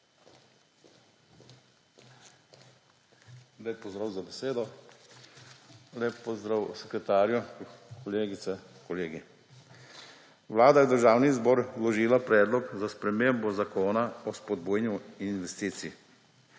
Lep pozdrav za besedo. Lep pozdrav sekretarju, kolegice, kolegi! Vlada je v Državni zbor vložila predlog za spremembo Zakona o spodbujanju investicij.